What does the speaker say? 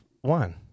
one